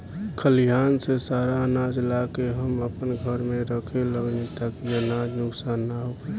खलिहान से सारा आनाज ला के हम आपना घर में रखे लगनी ताकि अनाज नुक्सान ना होखे